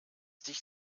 dich